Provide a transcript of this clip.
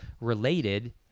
related